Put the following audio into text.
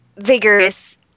vigorous